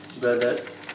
brothers